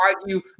argue